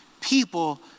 people